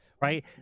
right